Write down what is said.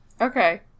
Okay